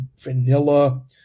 vanilla